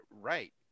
right